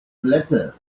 glätte